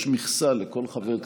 יש מכסה לכל חבר כנסת,